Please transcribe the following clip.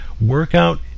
workout